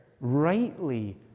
rightly